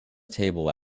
table